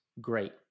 great